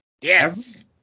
Yes